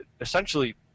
essentially